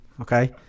okay